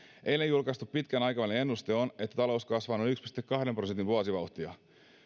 eilen julkaistu pitkän aikavälin ennuste on että talous kasvaa noin yhden pilkku kahden prosentin vuosivauhtia